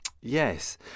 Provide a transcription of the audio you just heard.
Yes